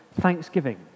thanksgiving